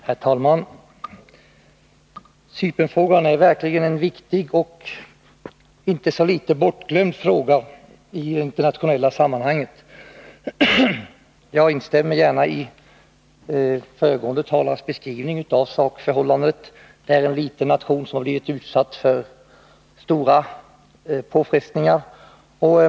Herr talman! Cypernfrågan är verkligen en viktig, men inte så litet bortglömd, fråga i internationella sammanhang. Jag instämmer gärna i föregående talares beskrivning av sakförhållandet. Cypern är en liten nation, som har blivit utsatt för stora påfrestningar.